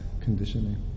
conditioning